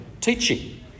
teaching